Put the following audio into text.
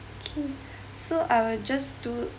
okay so I will just do